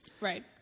Right